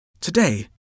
Today